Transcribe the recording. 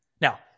Now